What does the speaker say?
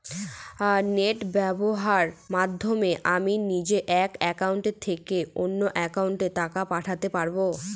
Net ব্যবহারের মাধ্যমে আমি নিজে এক অ্যাকাউন্টের থেকে অন্য অ্যাকাউন্টে টাকা পাঠাতে পারব?